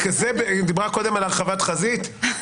היא דיברה קודם על הרחבת חזית,